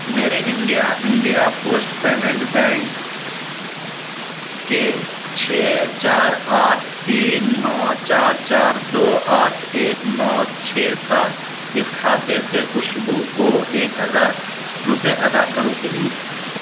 میرے India India post payment bank کے چھ چار آٹھ تین نو چار چار دو آٹھ ایک نو چھ سات اس کھاتے سے خوشبو کو ایک ہزار روپے ادا کرو پلیز